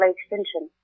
Extension